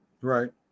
Right